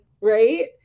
right